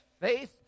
faith